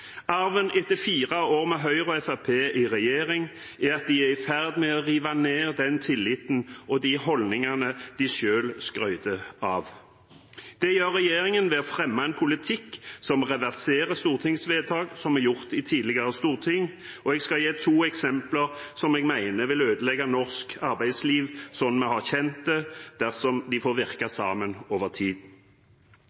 Arven etter fire år med Høyre og Fremskrittspartiet i regjering er at de er i ferd med å rive ned den tilliten og de holdningene de selv skryter av. Det gjør regjeringen ved å fremme en politikk som reverserer vedtak som er gjort i tidligere storting, og jeg skal gi to eksempler som jeg mener vil ødelegge norsk arbeidsliv slik vi har kjent det, dersom de får